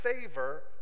favor